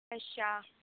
ਅੱਛਾ